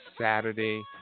Saturday